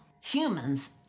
humans